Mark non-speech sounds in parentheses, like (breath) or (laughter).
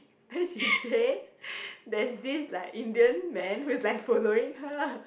then she say (breath) there's this like Indian man who is like following her